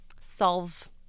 solve